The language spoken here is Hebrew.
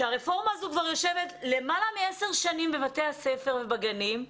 שהרפורמה הזו כבר יושבת למעלה מעשר שנים בבתי הספר ובגנים,